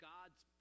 God's